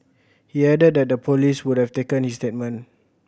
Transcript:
he added that the police would have taken his statement